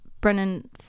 Brennan